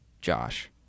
Josh